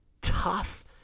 tough